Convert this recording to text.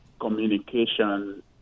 communication